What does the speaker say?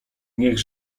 niech